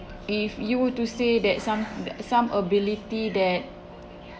if you were to say that some th~ some ability that